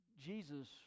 Jesus